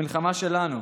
המלחמה שלנו.